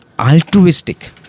altruistic